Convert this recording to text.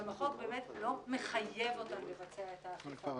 גם החוק באמת לא מחייב אותן לבצע את האכיפה,